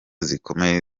zikomeye